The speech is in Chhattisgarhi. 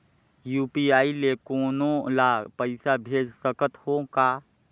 यू.पी.आई ले कोनो ला पइसा भेज सकत हों का?